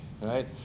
Right